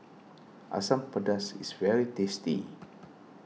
Asam Pedas is very tasty